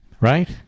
Right